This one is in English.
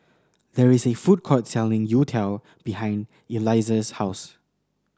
there is a food court selling youtiao behind Eliezer's house